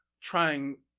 trying